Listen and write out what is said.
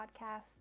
Podcast